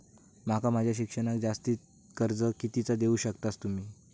माका माझा शिक्षणाक जास्ती कर्ज कितीचा देऊ शकतास तुम्ही?